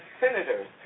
senators